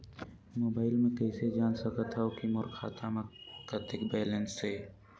Mobile म कइसे जान सकथव कि मोर खाता म कतेक बैलेंस से?